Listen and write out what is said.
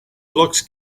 looks